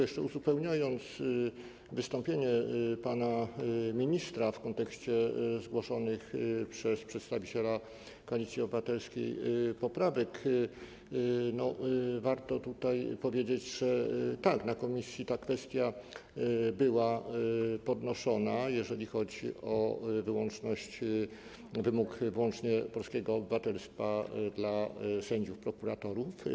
Jeszcze uzupełniając wystąpienie pana ministra w kontekście zgłoszonych przez przedstawiciela Koalicji Obywatelskiej poprawek, warto powiedzieć, że na posiedzeniu komisji ta kwestia była podnoszona, jeżeli chodzi o wymóg wyłącznie polskiego obywatelstwa dla sędziów i prokuratorów.